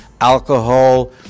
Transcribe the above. alcohol